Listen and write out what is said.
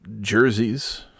jerseys